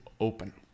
open